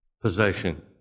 possession